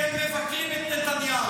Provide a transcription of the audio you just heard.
כי הם מבקרים את נתניהו.